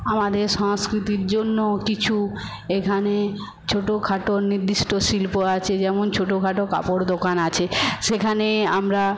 আমাদের সংস্কৃতির জন্য কিছু এখানে ছোটোখাটো নিদ্দিষ্ট শিল্প আছে যেমন ছোটোখাটো কাপড় দোকান আছে সেখানে আমরা